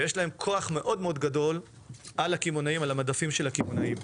ויש להם כוח מאוד מאוד גדול על המדפים של הקמעונאים.